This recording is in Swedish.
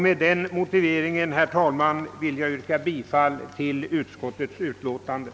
Med den motiveringen, herr talman, vill jag yrka bifall till utskottets hemställan.